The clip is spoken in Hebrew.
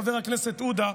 חבר הכנסת עודה,